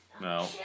No